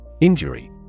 Injury